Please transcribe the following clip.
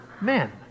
men